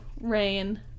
Rain